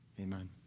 Amen